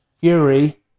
Fury